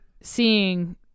seeing